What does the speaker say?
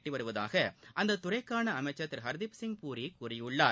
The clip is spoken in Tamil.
எட்டி வருவதாக அந்தத் துறைக்கான அமைச்சர் திரு ஹர்தீப்சிங் பூரி கூறியுள்ளார்